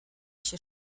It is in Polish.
się